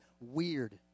weird